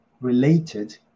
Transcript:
related